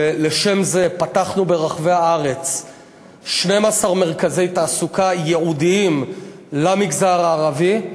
ולשם זה פתחנו ברחבי הארץ 12 מרכזי תעסוקה ייעודיים למגזר הערבי,